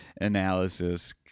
analysis